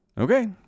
Okay